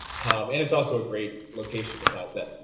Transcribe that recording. and it's also a great location besides that.